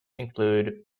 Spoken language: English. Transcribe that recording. include